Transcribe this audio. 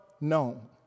known